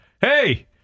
hey